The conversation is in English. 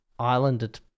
Islanded